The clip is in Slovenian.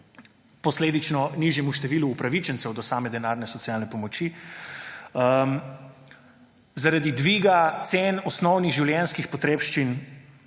posledično nižjega števila upravičencev do same denarne socialne pomoči zaradi dviga cen osnovnih življenjskih potrebščin